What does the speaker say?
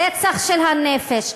רצח של הנפש.